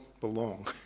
belong